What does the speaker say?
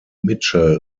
mitchell